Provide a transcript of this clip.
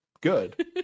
good